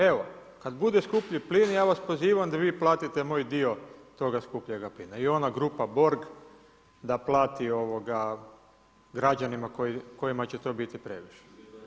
Evo, kad bude skuplji plin, ja vas pozivam da vi platite moj dio toga skupljega plina i ona grupa Borg da plati građanima kojima će to biti previše.